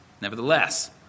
nevertheless